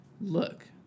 Look